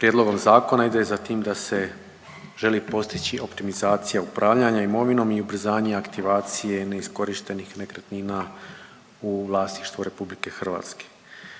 Prijedlog ovog zakona ide za tim da se želi postići optimizacija upravljanja imovinom i ubrzanje aktivacije neiskorištenih nekretnina u vlasništvu RH, kao